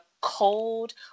cold